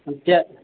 अनि त्यहाँ